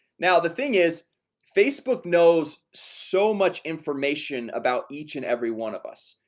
now. the thing is facebook knows so much information about each and every one of us,